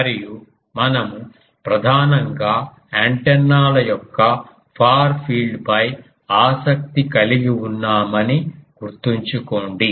మరియు మనము ప్రధానంగా యాంటెన్నాల యొక్క ఫార్ ఫీల్డ్ పై ఆసక్తి కలిగి ఉన్నామని గుర్తుంచుకోండి